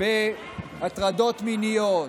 בהטרדות מיניות,